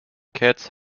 kits